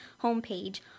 homepage